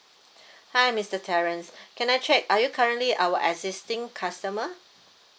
hi mister terrence can I check are you currently our existing customer